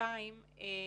צעירות וצעירים שיצאו